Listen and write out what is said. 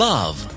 Love